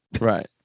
right